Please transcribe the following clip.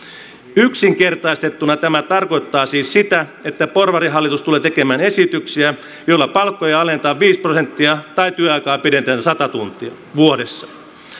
yksinkertaistettuna tämä tarkoittaa siis sitä että porvarihallitus tulee tekemään esityksiä joilla palkkoja alennetaan viisi prosenttia tai työaikaa pidennetään sata tuntia vuodessa